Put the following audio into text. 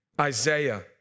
Isaiah